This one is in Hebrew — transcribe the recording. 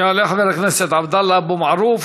יעלה חבר הכנסת עבדאללה אבו מערוף,